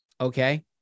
okay